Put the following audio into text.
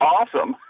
Awesome